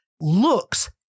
looks